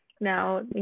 Now